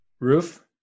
roof